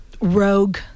rogue